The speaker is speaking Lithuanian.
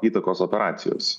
įtakos operacijos